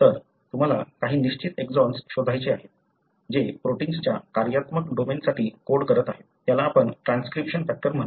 तर तुम्हाला काही निश्चित एक्सॉन्स शोधायचे आहेत जेप्रोटिन्सच्या कार्यात्मक डोमेनसाठी कोड करत आहे त्याला आपण ट्रान्सक्रिप्शन फॅक्टर म्हणूया